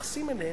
מתייחסים אליהם,